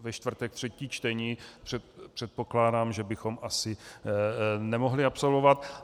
Ve čtvrtek třetí čtení předpokládám, že bychom asi nemohli absolvovat.